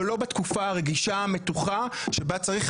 אבל לא בתקופה הרגישה והמתוחה שבה צריך